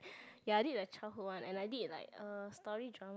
ya this is the childhood one and I did like uh story drama